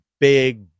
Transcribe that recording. big